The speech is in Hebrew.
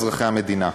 אזרחי המדינה.